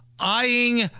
eyeing